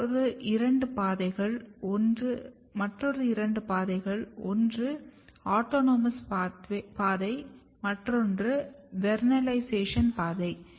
மற்றொரு இரண்டு பாதைகள் ஒன்று ஆட்டோனோமஸ் பாதை மற்றொன்று வெர்னெலைசேஷன் பாதை